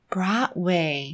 Broadway